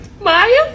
maya